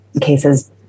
cases